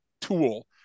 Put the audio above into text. tool